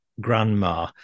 grandma